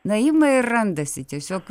na ima ir randasi tiesiog